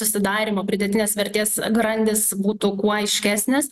susidarymo pridėtinės vertės grandis būtų kuo aiškesnis